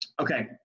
Okay